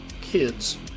kids